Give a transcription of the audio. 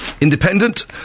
independent